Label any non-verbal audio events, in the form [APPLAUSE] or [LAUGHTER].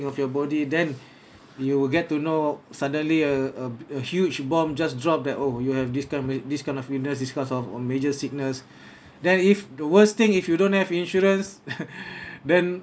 of your body then [BREATH] you will get to know suddenly a a a huge bomb just drop that oh you have this kind me~ this kind of illness is because of or major sickness than if the worst thing if you don't have insurance [LAUGHS] [BREATH] then